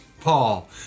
Paul